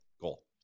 Goal